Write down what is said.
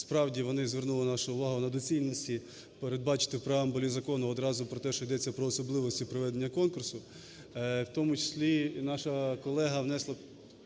справді, вони звернули нашу увагу на доцільність і передбачити в преамбулі закону одразу про те, що йдеться про особливості проведення конкурсу, в тому числі і наша колега внесла